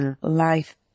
life